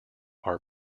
are